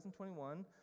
2021